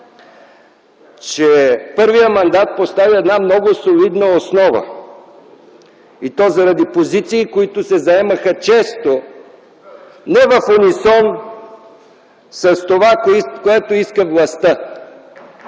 че първият мандат поставя една много солидна основа, и то заради позиции, които често се заемаха не в унисон с това, което иска властта.